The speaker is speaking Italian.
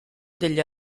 degli